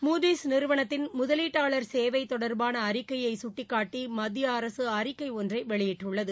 Moody's நிறுவனத்தின் முதவீட்டாளா் சேவை தொடா்பான அறிக்கையை கட்டிக்காட்டி மத்திய அரசு அறிக்கை ஒன்றை வெளியிட்டுள்ளது